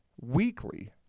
weekly